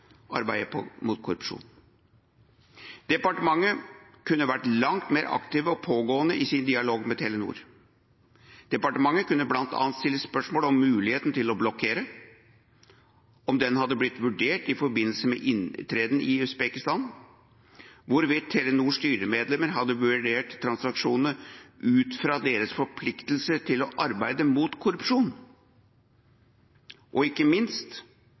arbeidet mot korrupsjon. Departementet kunne vært langt mer aktive og pågående i sin dialog med Telenor. Departementet kunne bl.a. stilt spørsmål om muligheten til å blokkere hadde blitt vurdert i forbindelse med inntreden i Usbekistan, hvorvidt Telenors styremedlemmer hadde vurdert transaksjonene ut fra deres forpliktelser til å arbeide mot korrupsjon, og, ikke minst,